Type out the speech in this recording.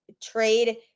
Trade